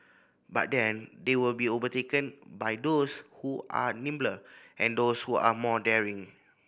but then they will be overtaken by those who are nimbler and those who are more daring